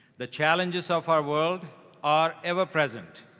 the challenges of our world are ever present.